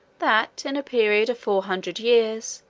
that, in a period of four hundred years,